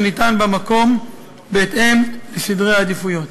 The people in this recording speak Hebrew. ניתן במקום בהתאם לסדרי העדיפויות.